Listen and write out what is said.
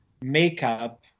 makeup